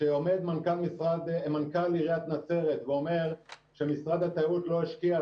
כשעומד מנכ"ל עיריית נצרת ואומר שמשרד התיירות לא השקיע,